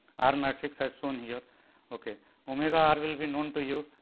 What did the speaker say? r matrix as shown here ok omega r will be known to you.